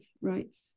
rights